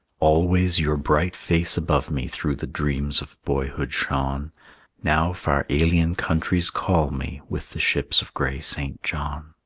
always your bright face above me through the dreams of boyhood shone now far alien countries call me with the ships of gray st. john.